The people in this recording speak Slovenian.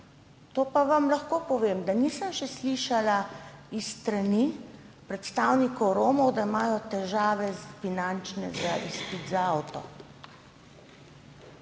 to pa vam lahko povem, da še nisem slišala s strani predstavnikov Romov, da imajo finančne težave za izpit za avto.